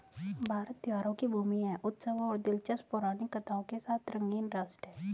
भारत त्योहारों की भूमि है, उत्सवों और दिलचस्प पौराणिक कथाओं के साथ रंगीन राष्ट्र है